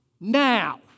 now